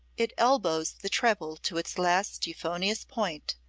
it elbows the treble to its last euphonious point,